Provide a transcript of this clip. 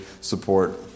support